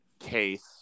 case